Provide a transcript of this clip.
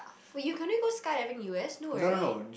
will you can only go skydiving U_S no right